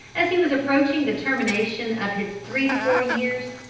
as he was approaching the termination of his three score years,